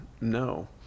no